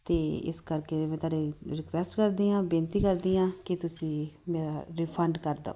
ਅਤੇ ਇਸ ਕਰਕੇ ਮੈਂ ਤੁਹਾਡੇ ਰਿਕੁਐਸਟ ਕਰਦੀ ਹਾਂ ਬੇਨਤੀ ਕਰਦੀ ਹਾਂ ਕਿ ਤੁਸੀਂ ਮੇਰਾ ਰਿਫੰਡ ਕਰ ਦਿਓ